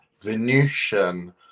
Venusian